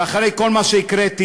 ואחרי כל מה שהקראתי,